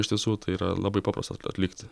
iš tiesų tai yra labai paprasta atlikt